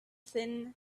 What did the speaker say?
thin